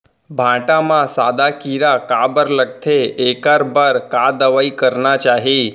भांटा म सादा कीरा काबर लगथे एखर बर का दवई करना चाही?